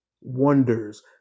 wonders